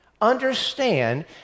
Understand